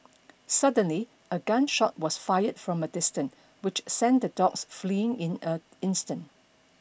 suddenly a gun shot was fired from a distant which sent the dogs fleeing in a instant